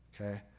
Okay